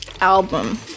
album